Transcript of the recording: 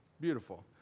Beautiful